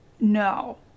No